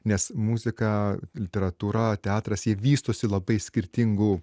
nes muzika literatūra teatras jie vystosi labai skirtingu